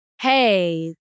Hey